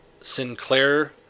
Sinclair